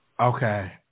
Okay